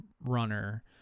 runner